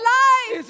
life